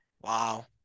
Wow